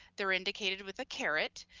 they're indicated with a caret,